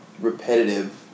repetitive